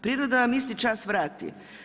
Priroda vam isti čas vrati.